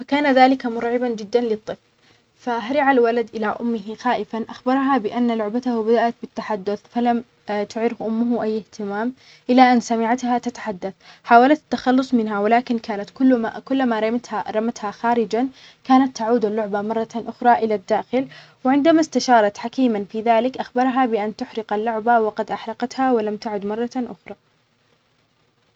في ظهيرة أحد الأيام، بدأت لعبة طفل ما بالتحدث. كان الطفل يلعب بسيارته الصغيرة لما سمع صوتًا يقول له: "هيا، دعني أقود!" استغرب الطفل وسأل اللعبة، لكن السيارة استمرت تتكلم وتطلب منه مغامرة جديدة. قرر الطفل أن يتبعها، ليكتشف أنها كانت أكثر من مجرد لعبة، بل مخلوق سحري.